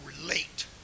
relate